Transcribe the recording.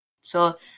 So-